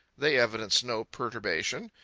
they evidenced no perturbation.